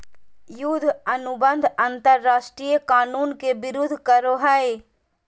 युद्ध अनुबंध अंतरराष्ट्रीय कानून के विरूद्ध करो हइ